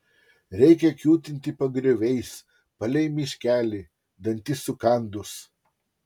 reikia kiūtinti pagrioviais palei miškelį dantis sukandus